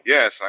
Yes